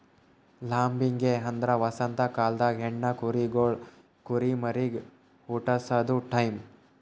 lambing ಅಂದ್ರ ವಸಂತ ಕಾಲ್ದಾಗ ಹೆಣ್ಣ ಕುರಿಗೊಳ್ ಕುರಿಮರಿಗ್ ಹುಟಸದು ಟೈಂ